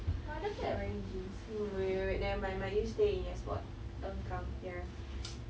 but I don't feel like wearing jeans hmm wait wait wait never mind mind you stay in your spot I'll come here